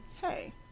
hey